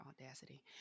audacity